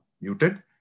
muted